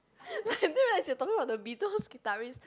I just realized you was talking about the-beatles guitarist